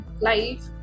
life